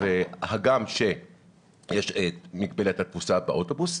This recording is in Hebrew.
הגם שיש מגבלת התפוסה באוטובוס,